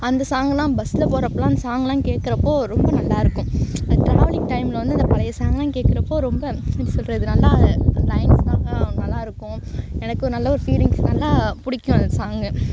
அந்த சாங்னா பஸ்ஸில் போகிறப்பலான் அந்த சாங்லான் கேட்குறப்போ ரொம்ப நல்லா இருக்கும் அந்த டிராவலிங் டைமில் வந்து அந்த பழைய சாங்லாம் கேட்குறப்போ ரொம்ப எப்படி சொல்கிறது நல்லா லைன்ஸ்லாம் நல்லா இருக்கும் எனக்கு நல்ல ஒரு ஃபீல்லிங்ஸ் நல்லா பிடிக்கும் அந்த சாங்கு